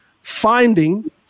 finding